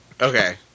okay